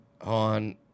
on –